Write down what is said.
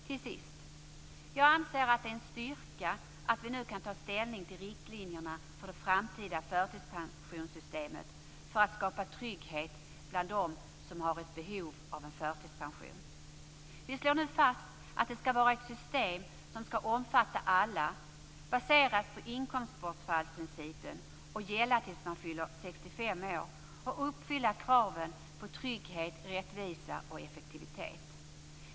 Till sist: Jag anser att det är en styrka att vi nu kan ta ställning till riktlinjerna för det framtida förtidspensionssystemet för att skapa trygghet bland dem som har ett behov av förtidspension. Vi slår nu fast att systemet skall omfatta alla, baseras på inkomstbortfallsprincipen, gälla tills man fyller 65 år och uppfylla kraven på trygghet, rättvisa och effektivitet.